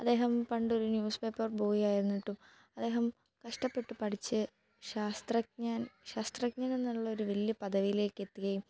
അദ്ദേഹം പണ്ട് ഒരു ന്യൂസ് പേപ്പർ ബോയ് ആയിരുന്നിട്ടും അദ്ദേഹം കഷ്ടപ്പെട്ട് പഠിച്ച് ശാസ്ത്രജ്ഞൻ ശാസ്ത്രജ്ഞൻ എന്നുള്ളൊരു വലിയ പദവിയിലേക്ക് എത്തുകയും